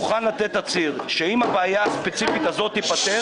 שאם הבעיה הספציפית הזאת תיפתר